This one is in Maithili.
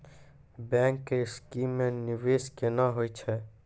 बैंक के स्कीम मे निवेश केना होय छै?